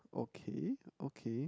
okay okay